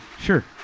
Sure